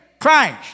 Christ